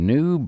New